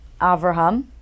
Avraham